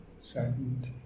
saddened